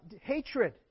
hatred